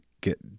get